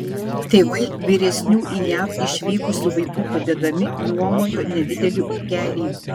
tėvai vyresnių į jav išvykusių vaikų padedami nuomojo nedidelį ūkelį